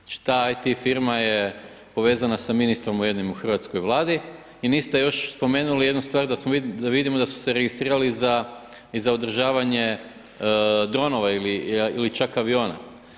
Znači ta IT firma je povezana sa ministrom jednim u hrvatskoj Vladi i niste još spomenuli jednu stvar da vidimo da su se registrirali i za održavanje dronova ili čak aviona.